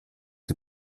die